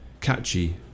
catchy